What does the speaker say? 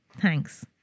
thanks